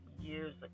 years